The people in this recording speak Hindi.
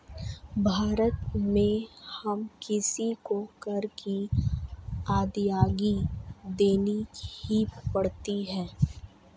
भारत में हर किसी को कर की अदायगी देनी ही पड़ती है